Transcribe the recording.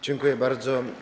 Dziękuję bardzo.